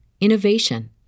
innovation